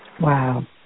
Wow